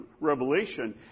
Revelation